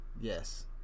yes